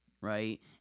right